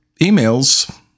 emails